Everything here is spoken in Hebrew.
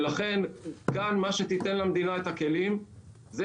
לכן כאן מה שתיתן למדינה - את הכלים - זה